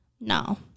no